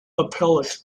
appellate